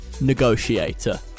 negotiator